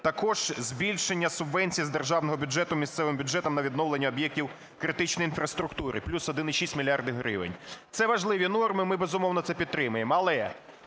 Також збільшення субвенцій з державного бюджету місцевим бюджетам на відновлення об'єктів критичної інфраструктури – плюс 1,6 мільярда гривень. Це важливі норми, ми, безумовно, це підтримаємо.